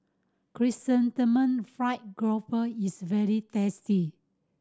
Chrysanthemum Fried Grouper is very tasty